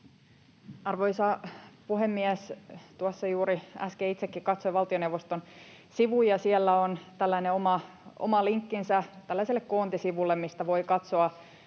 Arvoisa puhemies! Tuossa juuri äsken itsekin katsoin valtioneuvoston sivuja. Siellä on tällainen oma linkkinsä tällaiselle koontisivulle, mistä voi katsoa